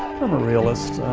i'm a realist.